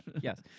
Yes